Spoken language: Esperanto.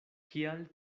kial